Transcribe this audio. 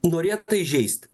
norėta įžeisti